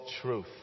truth